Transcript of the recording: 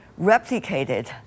replicated